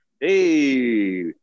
Hey